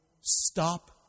Stop